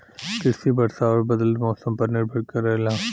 कृषि वर्षा और बदलत मौसम पर निर्भर करेला